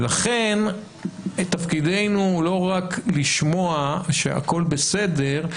לכן תפקידנו לא רק לשמוע שהכול בסדר,